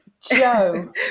Joe